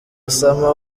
osama